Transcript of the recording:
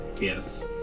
Yes